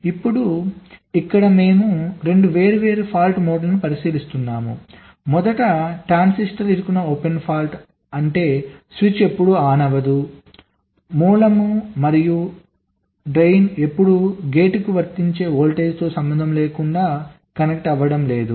ఇప్పుడు ఇక్కడ మేము 2 వేర్వేరు ఫాల్ట్ మోడళ్లను పరిశీలిస్తున్నాము మొదట ట్రాన్సిస్టర్లు ఇరుక్కున్న ఓపెన్ ఫాల్ట్ అంటే స్విచ్ ఎప్పుడూ ఆన్ అవ్వదు మూలం మరియు కాలువ ఎప్పుడూ గేట్కు వర్తించే వోల్టేజ్తో సంబంధం లేకుండా కనెక్ట్ అవ్వడం లేదు